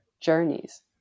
journeys